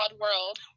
world